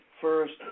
first